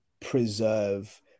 preserve